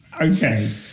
Okay